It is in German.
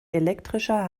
elektrischer